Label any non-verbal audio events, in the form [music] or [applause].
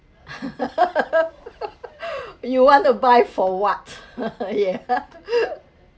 [laughs] you want to buy for what [laughs] yeah